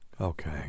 Okay